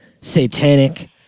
satanic